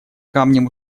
камнем